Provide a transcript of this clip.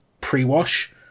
pre-wash